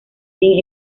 fin